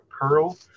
Pearl